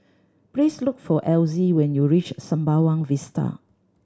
please look for Elzy when you reach Sembawang Vista